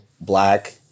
Black